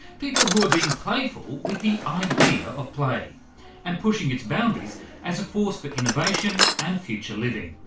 people who are being playful with the idea of play and pushing its boundaries as a force for innovation and future living.